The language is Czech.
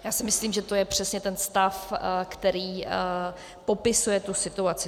Já si myslím, že to je přesně ten stav, který popisuje tu situaci.